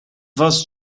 was